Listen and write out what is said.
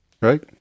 right